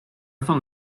放弃